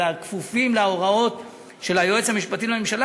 אלא הם כפופים להוראות של היועץ המשפטי לממשלה,